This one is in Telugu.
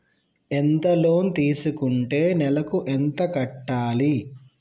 ఎంత లోన్ తీసుకుంటే నెలకు ఎంత కట్టాలి?